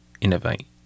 innovate